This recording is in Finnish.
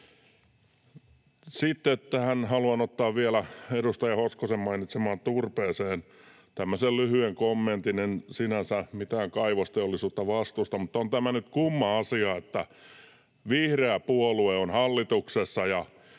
Sitten haluan ottaa vielä edustaja Hoskosen mainitsemaan turpeeseen tämmöisen lyhyen kommentin. En sinänsä mitään kaivosteollisuutta vastusta, mutta on tämä nyt kumma asia, että vihreä puolue on hallituksessa